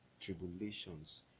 tribulations